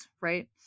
right